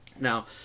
Now